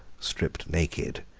stripped naked,